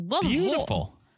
Beautiful